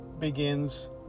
begins